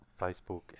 Facebook